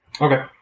Okay